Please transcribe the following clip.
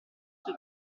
sui